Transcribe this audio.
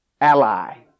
ally